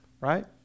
Right